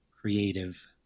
creative